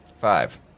Five